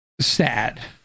sad